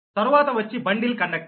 తర్వాత వచ్చి bundle conductor